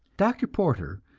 dr. porter,